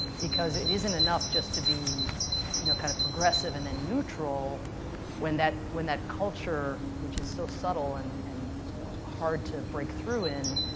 because it isn't enough just to be you know kind of progressive and then neutral when that when that culture, which is so subtle and and you know hard to break through in,